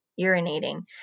urinating